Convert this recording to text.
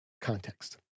context